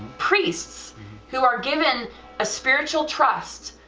priests who are given a spiritual trust,